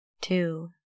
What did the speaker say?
two